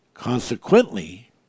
Consequently